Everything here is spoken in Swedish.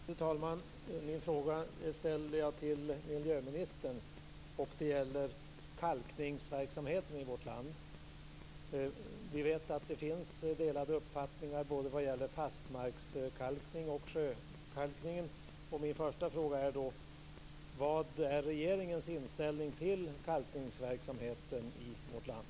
Fru talman! Min fråga ställer jag till miljöministern. Det gäller kalkningsverksamheten i vårt land. Vi vet att det finns delade uppfattningar både vad gäller fastmarkskalkning och sjökalkning. Min första fråga är då följande: Vad är regeringens inställning till kalkningsverksamheten i vårt land?